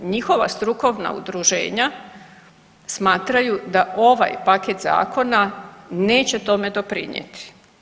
Njihova strukovna udruženja smatraju da ovaj paket zakona neće tome doprinijeti.